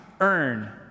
earn